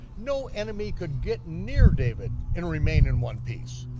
no enemy could get near david and remain in one piece.